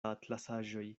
atlasaĵoj